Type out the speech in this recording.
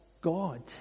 God